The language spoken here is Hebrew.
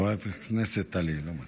חברת הכנסת טלי, לא,